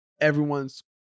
everyone's